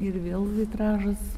ir vėl vitražas